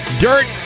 dirt